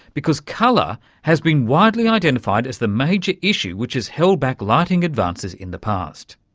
because colour has been widely identified as the major issue which has held back lighting advances in the past.